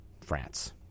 France